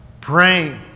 Praying